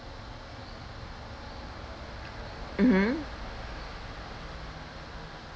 mmhmm